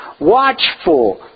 watchful